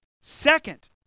Second